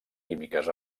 químiques